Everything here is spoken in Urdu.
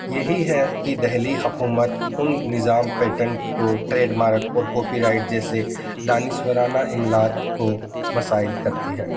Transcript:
یہی ہے کہ دہلی حکومت ان نظام پیٹنٹ کو ٹریڈ مارک اور کاپی رائٹ جیسے دانشورانہ املاک کو مسائل کرتی ہے